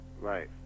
right